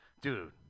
dude